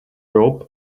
robe